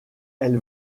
elle